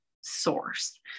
source